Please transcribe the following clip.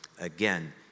Again